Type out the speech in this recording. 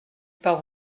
par